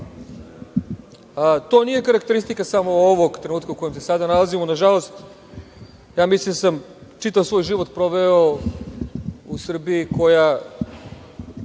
To nije karakteristika samo ovog trenutka u kojem se sada nalazimo. Na žalost, mislim da sam čitav svoj život proveo u Srbiji koja